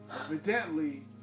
Evidently